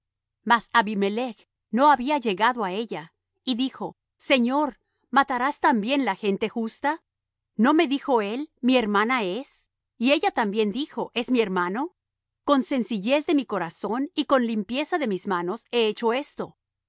mas abimelech no había llegado á ella y dijo señor matarás también la gente justa no me dijo él mi hermana es y ella también dijo es mi hermano con sencillez de mi corazón y con limpieza de mis manos he hecho esto